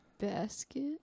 basket